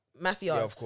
mafia